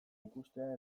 ikustea